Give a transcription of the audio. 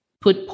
put